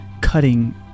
cutting